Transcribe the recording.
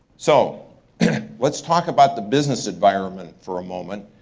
so let's talk about the business environment for a moment.